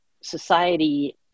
society